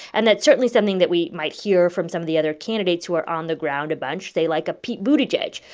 and that's certainly something that we might hear from some of the other candidates who are on the ground a bunch say, like, ah pete buttigieg,